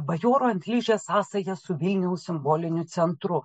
bajoro ant ližės sąsaja su vilniaus simbolinių centrų